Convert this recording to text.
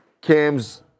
Cam's